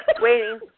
waiting